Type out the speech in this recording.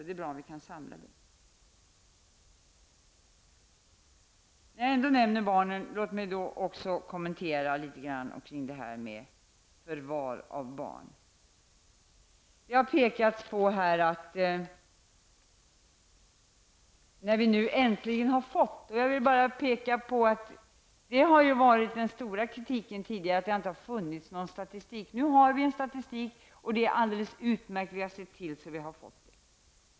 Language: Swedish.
Det är bra om vi kan samla denna kunskap. När jag ändå nämner barnen, vill jag även ta upp frågan om förvar av barn. Den stora kritiken tidigare har riktats mot att det inte har funnits någon statistik. Nu har vi emellertid fått en statistik, vilket är utmärkt.